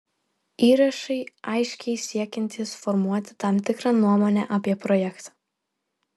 įrašai aiškiai siekiantys formuoti tam tikrą nuomonę apie projektą